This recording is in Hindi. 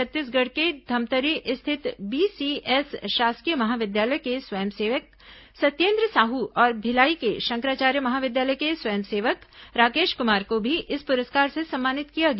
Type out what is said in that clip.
छत्तीसगढ़ के धमतरी स्थित बीसीएस शासकीय महाविद्यालय के स्वयंसेवक सत्येन्द्र साहू और भिलाई के शंकराचार्य महाविद्यालय के स्वयंसेवक राकेश कुमार को भी इस पुरस्कार से सम्मानित किया गया